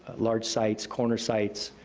large sites, corner sites,